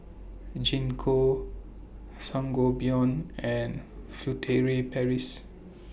Gingko Sangobion and Furtere Paris